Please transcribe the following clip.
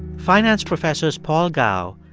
finance professors paul gao,